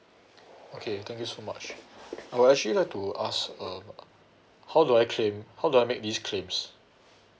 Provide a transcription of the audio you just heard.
okay thank you so much I would actually like to ask uh how do I claim how do I make these claims